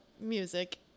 music